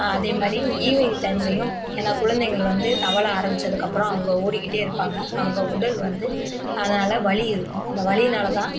அதேமாதிரி ஈவினிங் டைம்லயும் ஏன்னா குழந்தைகள் வந்து தவழ ஆரமிச்சதுக்கு அப்பறம் அவங்க ஓடி கிட்டே இருப்பாங்க அவங்க உடல் வந்து அதனால வலி இருக்கும் அந்த வலியினாலதான்